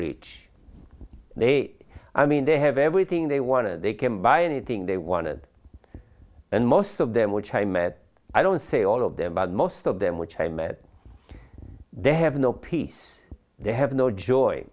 rich they i mean they have everything they want to they can buy anything they wanted and most of them which i met i don't say all of them but most of them which have met they have no peace they have no joy